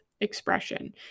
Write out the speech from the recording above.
expression